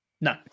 No